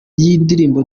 yindirimbo